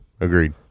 agreed